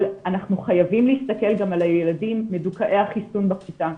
אבל אנחנו חייבים להסתכל גם על הילדים מדוכאי החיסון בכיתה,